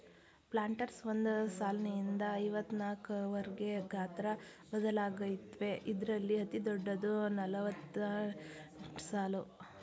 planters ಒಂದ್ ಸಾಲ್ನಿಂದ ಐವತ್ನಾಕ್ವರ್ಗೆ ಗಾತ್ರ ಬದಲಾಗತ್ವೆ ಇದ್ರಲ್ಲಿ ಅತಿದೊಡ್ಡದು ನಲವತ್ತೆಂಟ್ಸಾಲು